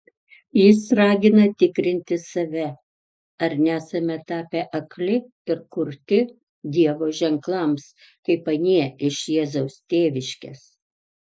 jis ragina tikrinti save ar nesame tapę akli ir kurti dievo ženklams kaip anie iš jėzaus tėviškės